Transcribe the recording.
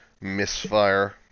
misfire